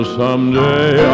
someday